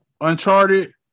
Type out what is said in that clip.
Uncharted